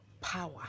Power